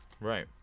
Right